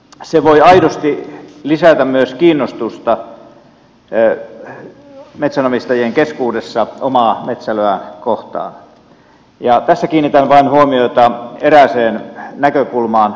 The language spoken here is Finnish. se voi aidosti lisätä myös kiinnostusta metsänomistajien keskuudessa omaa metsälöä kohtaan ja tässä kiinnitän vain huomiota erääseen näkökulmaan